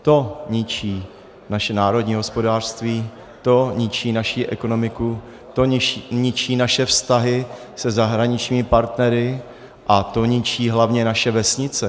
To ničí naše národní hospodářství, to ničí naši ekonomiku, to ničí naše vztahy se zahraničními partnery a to hlavně ničí naše vesnice.